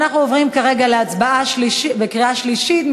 ואנחנו עוברים כרגע להצבעה בקריאה שלישית.